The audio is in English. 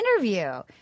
interview